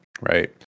right